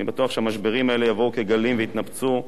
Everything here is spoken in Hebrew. אני בטוח שהמשברים האלה יבואו כגלים ויתנפצו עלינו,